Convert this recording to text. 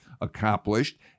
accomplished